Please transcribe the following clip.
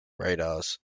radars